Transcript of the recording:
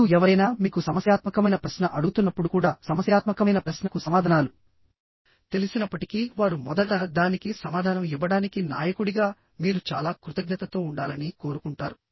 మరియు ఎవరైనా మీకు సమస్యాత్మకమైన ప్రశ్న అడుగుతున్నప్పుడు కూడాసమస్యాత్మకమైన ప్రశ్నకు సమాధానాలు తెలిసినప్పటికీవారు మొదట దానికి సమాధానం ఇవ్వడానికి నాయకుడిగా మీరు చాలా కృతజ్ఞతతో ఉండాలని కోరుకుంటారు